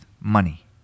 money